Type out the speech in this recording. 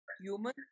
human